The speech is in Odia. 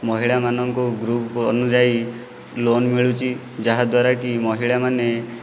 ମହିଳାମାନଙ୍କ ଗ୍ରୁପ୍ ଅନୁଯାୟୀ ଲୋନ୍ ମିଳୁଛି ଯାହାଦ୍ୱାରା କି ମହିଳାମାନେ